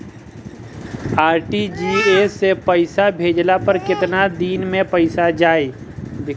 RTGS से पईसा भेजला पर केतना दिन मे पईसा जाई?